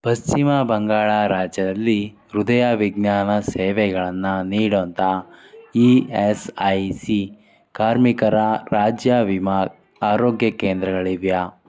ಪಶ್ಚಿಮ ಬಂಗಾಳ ರಾಜ್ಯದಲ್ಲಿ ಹೃದಯವಿಜ್ಞಾನ ಸೇವೆಗಳನ್ನು ನೀಡೋಂಥ ಇ ಎಸ್ ಐ ಸಿ ಕಾರ್ಮಿಕರ ರಾಜ್ಯ ವಿಮಾ ಆರೋಗ್ಯ ಕೇಂದ್ರಗಳಿವೆಯಾ